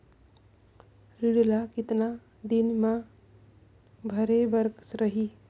ऋण ला कतना दिन मा भरे बर रही?